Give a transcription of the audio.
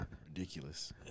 ridiculous